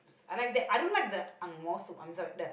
I like that I don't like the angmohs soup I'm sorry the